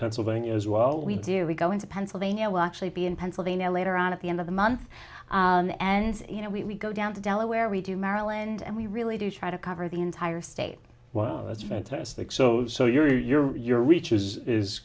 as well we do we go into pennsylvania will actually be in pennsylvania later on at the end of the month and as you know we go down to delaware we do maryland and we really do try to cover the entire state wow that's fantastic so so you're you're you're which is is